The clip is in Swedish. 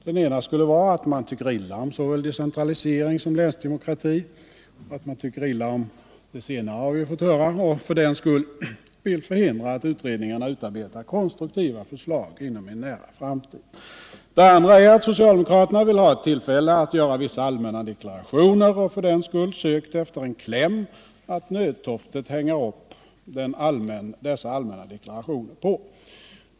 Den ena skulle vara att man tycker illa om såväl decentralisering som länsdemokrati — att man tycker illa om det senare har vi ju fått höra — och för den skull vill förhindra att utredningarna utarbetar konstruktiva förslag inom en nära framtid. Den andra förklaringen är att socialdemokraterna vill ha ett tillfälle att göra vissa allmänna deklarationer och för den skull har sökt efter en kläm att nödtorftigt hänga upp dessa allmänna deklarationer på.